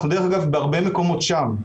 דרך אגב, בהרבה מקומות אנחנו שם.